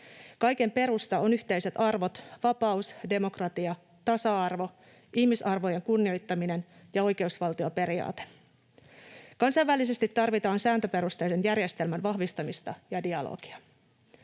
Kaiken perusta ovat yhteiset arvot: vapaus, demokratia, tasa-arvo, ihmisarvon kunnioittaminen ja oikeusvaltioperiaate. Kansainvälisesti tarvitaan sääntöperusteisen järjestelmän vahvistamista ja dialogia.